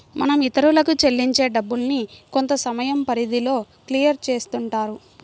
మనం ఇతరులకు చెల్లించే డబ్బుల్ని కొంతసమయం పరిధిలో క్లియర్ చేస్తుంటారు